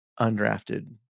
undrafted